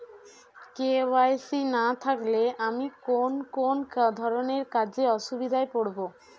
KYC না থাকলে আমি কোন কোন ধরনের কাজে অসুবিধায় পড়ব?